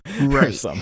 Right